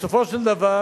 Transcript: בסופו של דבר